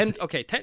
Okay